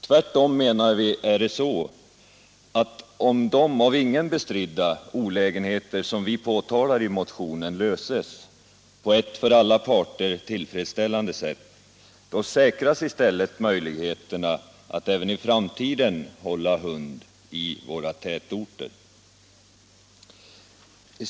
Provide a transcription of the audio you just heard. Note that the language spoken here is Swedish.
Tvärtom menar vi att om de av ingen bestridda olägenheter som vi påtalar i motionen avhjälps på ett för alla parter tillfredsställande sätt, säkras i stället möjligheterna att även i framtiden hålla hund i våra tätorter.